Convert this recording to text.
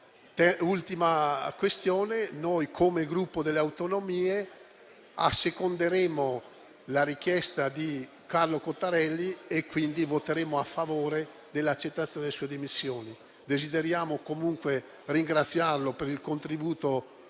Ultima questione: noi, come Gruppo Per le Autonomie, asseconderemo la richiesta di Carlo Cottarelli, quindi voteremo a favore dell'accettazione delle sue dimissioni. Desideriamo comunque ringraziarlo per il contributo